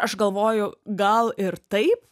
aš galvoju gal ir taip